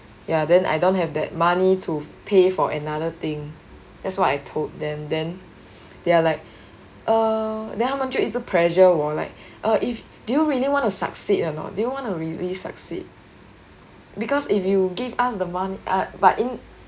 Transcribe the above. ya then I don't have that money to pay for another thing that's what I told them then they are like err then 他们就一直 pressure 我 like err if do you really want to succeed or not do you wanna really succeed because if you give us the money but in